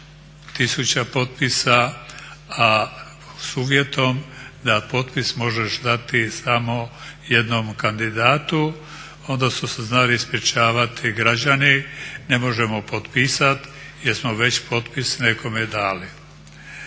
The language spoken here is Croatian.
tisuća potpisa a s uvjetom da potpis možeš dati samo jednom kandidatu. Onda su se znali ispričavati građani, ne možemo potpisati jer smo već potpis nekome dali.